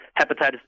Hepatitis